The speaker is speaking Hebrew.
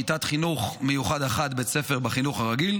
וכיתת חינוך מיוחד אחת בבית ספר בחינוך הרגיל.